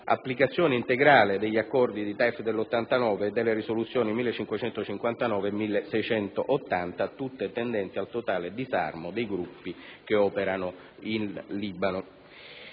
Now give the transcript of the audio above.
all'applicazione integrale degli Accordi di Taif del 1989 e delle risoluzioni nn. 1559 e 1680, tendenti al totale disarmo dei gruppi che operano in Libano.